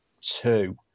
two